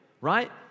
right